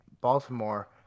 Baltimore